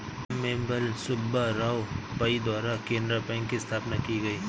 अम्मेम्बल सुब्बा राव पई द्वारा केनरा बैंक की स्थापना की गयी